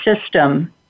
system